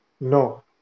No